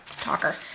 talker